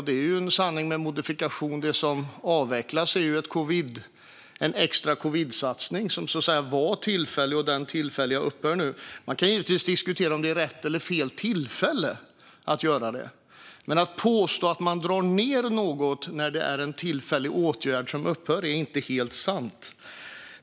Det är en sanning med modifikation. Det som avvecklas är ju en extrasatsning med anledning av covid som var tillfällig, och denna tillfälliga satsning upphör nu. Man kan givetvis diskutera om det är rätt eller fel tillfälle att göra det, men det är inte helt rätt att påstå att man drar ned på något när det i själva verket handlar om en tillfällig åtgärd som upphör.